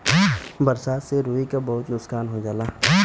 बरसात से रुई क बहुत नुकसान हो जाला